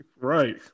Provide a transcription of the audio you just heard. Right